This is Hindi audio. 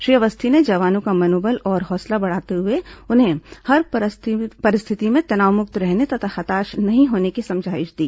श्री अवस्थी ने जवानों का मनोबल और हौसला बढ़ाते हुए उनसे हर परिस्थिति में तनावमुक्त रहने तथा हताश नहीं होने की समझाइश दी